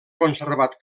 conservat